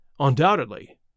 undoubtedly